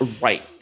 right